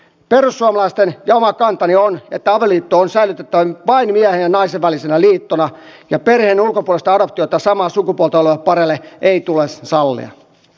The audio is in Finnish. perussuomalaisten kanta ja oma kantani on että avioliitto on säilytettävä vain miehen ja naisen välisenä liittona ja perheen ulkopuolista adoptiota samaa sukupuolta oleville pareille ei tule sallia